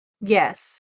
Yes